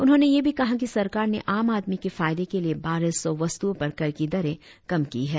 उन्होंने यह भी कहा कि सरकार ने आम आदमी के फायदे के लिए बारह सौ वस्तुओं पर कर की दरें कम की है